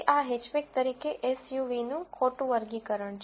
તેથી આ હેચબેક તરીકે એસયુવીનું ખોટું વર્ગીકરણ છે